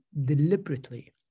deliberately